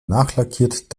nachlackiert